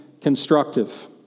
Constructive